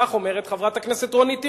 כך אומרת חברת הכנסת רונית תירוש.